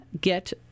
get